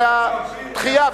אלא דחייה,